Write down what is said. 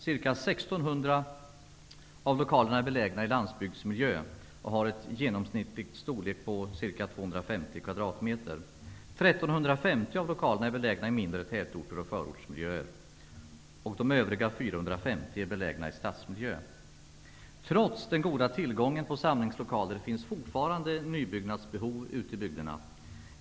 Ca 1 600 av lokalerna är belägna i landsbygdsmiljö och har en genomsnittlig storlek på 250 kvadratmeter. 1 350 av lokalerna är belägna i mindre tätorter och förortsmilijöer. Övriga 450 är belägna i stadsmiljö. Trots den goda tillgången på samlingslokaler finns det fortfarande nybyggnadsbehov ute i bygderna.